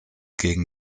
gegen